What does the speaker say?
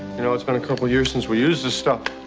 you know it's been a couple of years since we used this stuff.